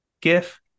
gif